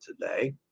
today